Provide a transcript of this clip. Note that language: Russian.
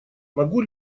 могу